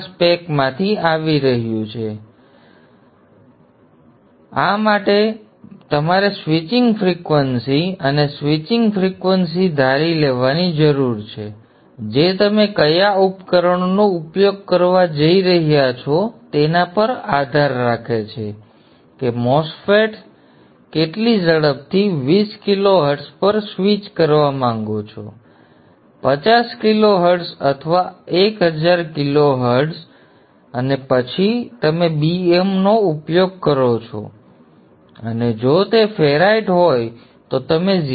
ત્યારબાદ એક વખત તમે નોટ મૂલ્ય જાણી લો પછી તમે એરિયા પ્રોડક્ટ Apનું મૂલ્યાંકન કરી શકો છો અને આ માટે તમારે સ્વિચિંગ ફ્રિક્વન્સી અને સ્વિચિંગ ફ્રિક્વન્સી ધારી લેવાની જરૂર છે જે તમે કયા ઉપકરણોનો ઉપયોગ કરવા જઇ રહ્યા છો તેના પર આધાર રાખે છે કે MOSFETS કેટલી ઝડપથી 20 કિલોહર્ટ્ઝ પર સ્વિચ કરવા માંગો છો ૫૦ કિલોહર્ટ્ઝ અથવા ૧૦૦૦ કિલોહર્ટ્ઝ અને પછી તમે Bm નો ઉપયોગ કરો છો અને જો તે ફેરાઇટ હોય તો તમે ૦